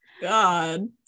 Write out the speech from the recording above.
God